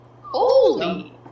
Holy